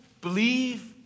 believe